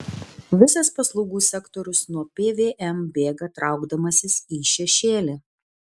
visas paslaugų sektorius nuo pvm bėga traukdamasis į šešėlį